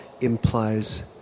implies